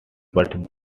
but